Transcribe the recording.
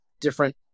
different